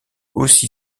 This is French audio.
aussi